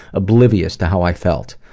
oblivious to how i felt.